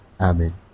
Amen